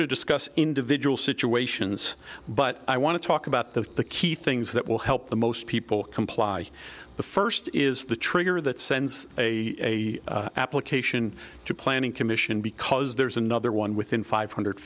to discuss individual situations but i want to talk about those the key things that will help the most people comply the first is the trigger that sends a application to planning commission because there's another one within five hundred